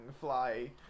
fly